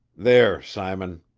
there, simon.